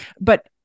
But-